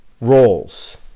roles